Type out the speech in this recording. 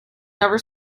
never